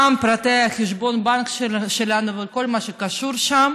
גם פרטי חשבון הבנק שלנו וכל מה שקשור לזה.